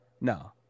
no